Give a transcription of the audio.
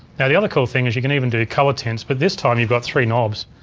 now the other cool thing is you can even do color tints. but this time you've got three nobs.